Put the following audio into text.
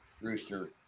rooster